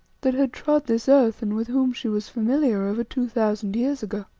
that had trod this earth and with whom she was familiar over two thousand years ago.